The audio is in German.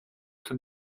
kann